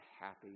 happy